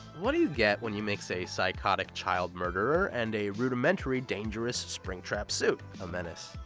what do you get when you mix a psychotic child murderer and a rudimentary, dangerous springtrap suit? a menace.